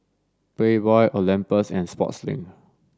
Playboy Olympus and Sportslink